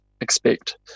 expect